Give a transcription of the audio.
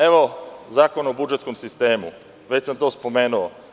Evo, Zakon o budžetskom sistemu, već sam to spomenuo.